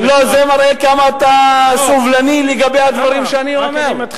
זה מראה כמה אתה סובלני לדברים שאני אומר.